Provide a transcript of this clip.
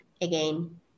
again